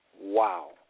Wow